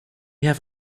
have